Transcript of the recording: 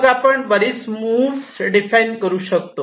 मग आपण बरीच मूव्ह डिफाइन करू शकतो